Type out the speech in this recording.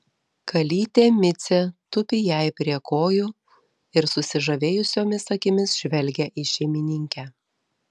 kalytė micė tupi jai prie kojų ir susižavėjusiomis akimis žvelgia į šeimininkę